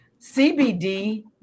CBD